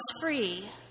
free